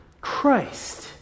Christ